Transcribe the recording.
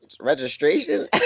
Registration